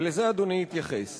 ולזה אדוני התייחס.